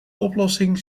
oplossing